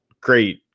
great